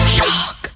Shock